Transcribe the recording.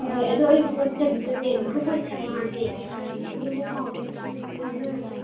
ꯍꯣꯏ ꯍꯣꯏ ꯑꯗꯣ ꯑꯩ ꯋꯥꯆꯞꯇꯅꯦ ꯒ꯭ꯔꯨꯞ ꯑꯣꯏꯅ ꯁꯦꯝꯃꯛꯑꯒꯦ ꯑꯗꯨꯒ ꯄꯥꯎꯗꯨ ꯐꯖꯅ ꯐꯥꯎꯅꯔꯁꯦ